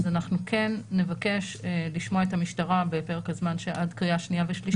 אנחנו כן נבקש לשמוע את המשטרה בפרק הזמן שעד קריאה שנייה ושלישית.